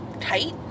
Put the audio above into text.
tight